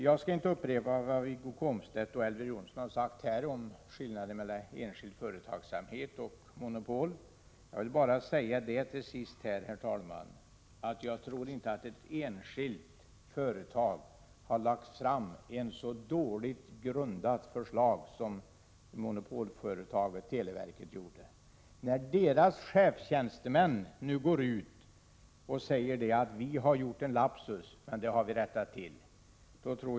Jag skall inte upprepa vad Wiggo Komstedt och Elver Jonsson har sagt om skillnaden mellan enskild företagsamhet och monopol. Jag vill bara, herr talman, till sist säga att jag inte tror att ett enskilt företag hade lagt fram ett så dåligt grundat förslag som monopolföretaget televerket gjorde. Nu går deras chefstjänstemän ut och säger att de gjort en lapsus och att den nu har rättats till.